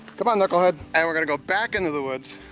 come on, knucklehead. and we're gonna go back into the woods,